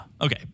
Okay